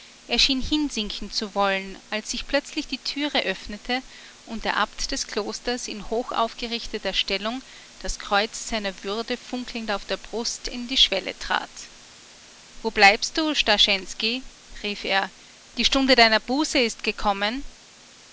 er schien hinsinken zu wollen als sich plötzlich die türe öffnete und der abt des klosters in hochaufgerichteter stellung das kreuz seiner würde funkelnd auf der brust in die schwelle trat wo bleibst du starschensky rief er die stunde deiner buße ist gekommen